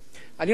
אני אומר,